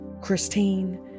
Christine